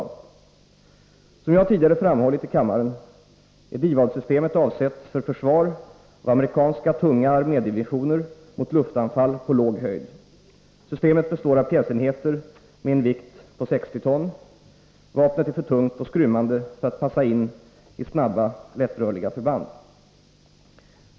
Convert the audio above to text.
Som jag tidigare framhållit i kammaren är DIVAD-systemet avsett för försvar av amerikanska tunga armédivisioner mot luftanfall på låg höjd. Systemet består av pjäsenheter med en vikt på 60 ton. Vapnet är för tungt och skrymmande för att passa in i snabba, lättrörliga förband.